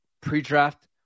pre-draft